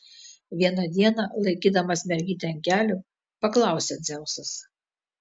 vieną dieną laikydamas mergytę ant kelių paklausė dzeusas